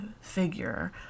figure